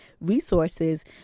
resources